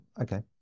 okay